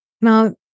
now